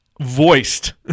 voiced